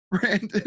Brandon